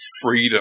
freedom